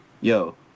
yo